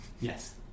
Yes